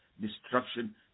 destruction